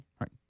right